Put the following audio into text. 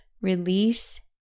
release